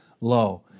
low